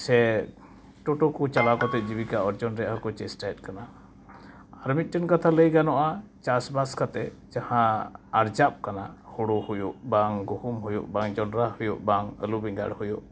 ᱥᱮ ᱴᱳᱴᱳ ᱠᱚ ᱪᱟᱞᱟᱣ ᱠᱟᱛᱮ ᱡᱤᱵᱤᱠᱟ ᱚᱨᱡᱚᱱ ᱨᱮᱭᱟᱜᱦᱚᱸ ᱠᱚ ᱪᱮᱥᱴᱟᱭᱮᱫ ᱠᱟᱱᱟ ᱟᱨ ᱢᱤᱫᱴᱮᱱ ᱠᱟᱛᱷᱟ ᱞᱟᱹᱭ ᱜᱟᱱᱚᱜᱼᱟ ᱪᱟᱥᱵᱟᱥ ᱠᱟᱛᱮ ᱡᱟᱦᱟᱸ ᱟᱨᱡᱟᱜ ᱠᱟᱱᱟ ᱦᱳᱲᱳ ᱦᱩᱭᱩᱜ ᱵᱟᱝ ᱜᱩᱦᱩᱢ ᱦᱩᱭᱩᱜ ᱵᱟᱝ ᱡᱚᱱᱰᱨᱟ ᱦᱩᱭᱩᱜ ᱵᱟᱝ ᱟᱹᱞᱩ ᱵᱮᱸᱜᱟᱲ ᱦᱩᱭᱩᱜ